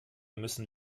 müssen